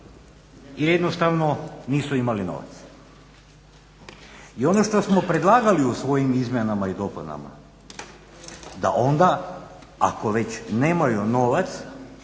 jednostavno nisu imali novaca. I ono što smo predlagali u svojim izmjenama i dopunama da onda ako već nemaju novac